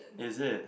is it